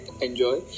enjoy